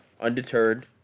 undeterred